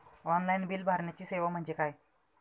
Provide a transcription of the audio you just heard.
Online bill भरण्याची सेवा म्हणजे काय?